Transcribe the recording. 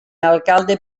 alcalde